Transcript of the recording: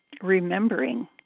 remembering